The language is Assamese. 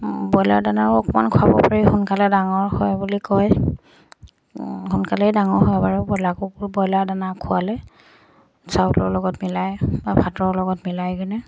ব্ৰইলাৰ দানাও অকণমান খোৱাব পাৰি সোনকালে ডাঙৰ হয় বুলি কয় সোনকালেই ডাঙৰ হয় বাৰু ব্ৰইলাৰ কুকু ব্ৰইলাৰ দানা খোৱালে চাউলৰ লগত মিলাই বা ভাতৰ লগত মিলাই কিনে